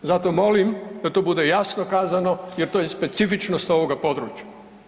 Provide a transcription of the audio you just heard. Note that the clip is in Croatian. Zato molim da to bude jasno kazano jer to je specifičnost ovog područja.